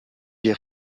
des